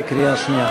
בקריאה שנייה.